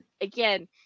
again